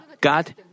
God